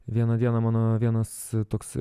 vieną dieną mano vienas toks